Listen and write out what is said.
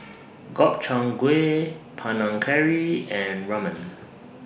Gobchang Gui Panang Curry and Ramen